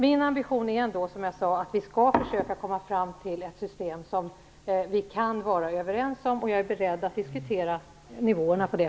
Min ambition är, som jag sade, att vi skall försöka komma fram till ett system som vi kan vara överens om. Jag är beredd att diskutera nivåerna i det.